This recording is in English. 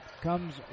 comes